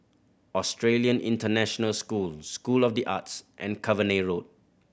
Australian International School School of The Arts and Cavenagh Road